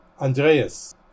Andreas